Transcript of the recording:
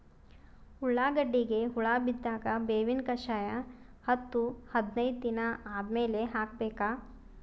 ಉಳ್ಳಾಗಡ್ಡಿಗೆ ಹುಳ ಬಿದ್ದಾಗ ಬೇವಿನ ಕಷಾಯ ಹತ್ತು ಹದಿನೈದ ದಿನ ಆದಮೇಲೆ ಹಾಕಬೇಕ?